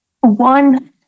one